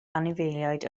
anifeiliaid